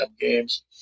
games